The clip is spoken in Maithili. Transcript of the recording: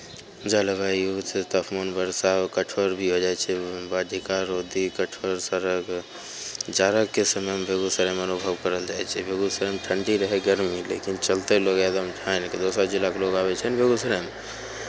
जलवायुसँ तापमान वर्षा कठोर भी हो जाइ छै बाधिका रोधी कठोर सड़क जाड़ाके समयमे बेगूसरायमे अनुभव कयल जाइ छै बेगूसरायमे ठण्ढी रहय गरमी लेकिन चलते लोक एकदम ठानि कऽ दोसर जिलाके लोक आबै छै ने बेगूसरायमे